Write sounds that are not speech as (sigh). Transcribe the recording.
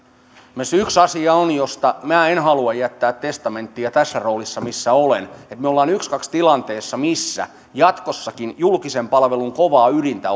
myös yksi asia on josta minä en halua jättää testamenttia tässä roolissa missä olen että me olemme ykskaks tilanteessa missä jatkossakin julkisen palvelun kovaa ydintä (unintelligible)